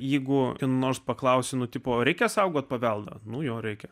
jeigu nors paklausi nu tipo reikia saugoti paveldą nuo jo reikia